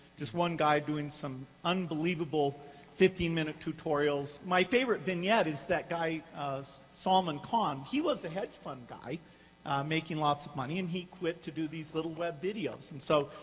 just one guy doing some unbelievable fifteen minute tutorials. my favorite thing yet is that guy, salman khan, he was a hedge fund guy making lots of money, and he quit to do these little web videos. and so,